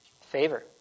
favor